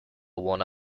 one